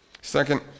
Second